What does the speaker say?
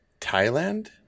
Thailand